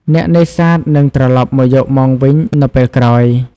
អ្នកនេសាទនឹងត្រឡប់មកយកមងវិញនៅពេលក្រោយ។